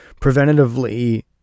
preventatively